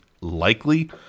likely